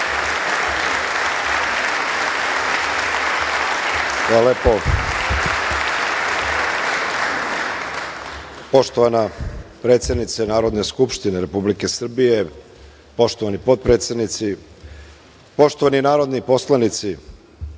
Hvala lepo. Poštovana predsednice Narodne skupštine Republike Srbije, poštovani potpredsednici, poštovani narodni poslanici,